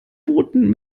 booten